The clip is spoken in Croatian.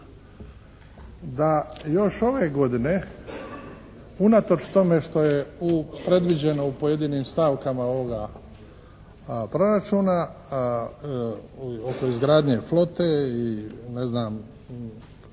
da još ove godine unatoč tome što je predviđeno u pojedinim stavkama ovoga proračuna oko izgradnje flote i ne znam,